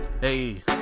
Hey